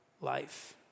life